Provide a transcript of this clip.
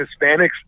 Hispanics